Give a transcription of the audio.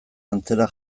antzera